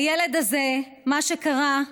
הילד הזה, מה שקרה,